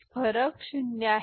तर फरक ० आहे